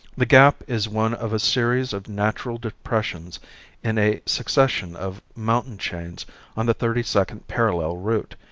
the gap is one of a series of natural depressions in a succession of mountain chains on the thirty-second parallel route,